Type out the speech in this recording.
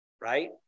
right